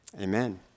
Amen